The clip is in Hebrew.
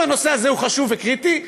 אם הנושא הזה הוא חשוב וקריטי,